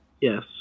Yes